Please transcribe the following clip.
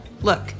Look